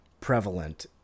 prevalent